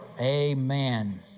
Amen